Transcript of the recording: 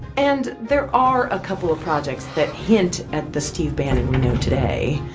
and there are a couple of projects that hint at the steve bannon we know today.